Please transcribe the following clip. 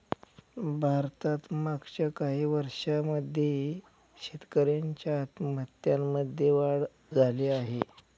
भारतात मागच्या काही वर्षांमध्ये शेतकऱ्यांच्या आत्महत्यांमध्ये वाढ झाली आहे